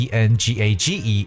engage